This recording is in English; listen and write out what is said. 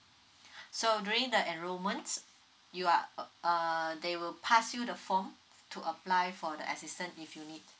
so during the enrollment you are uh err they will pass you the form to apply for the assistance if you need